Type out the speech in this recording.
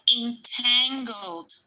entangled